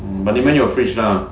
but 你们有 fridge lah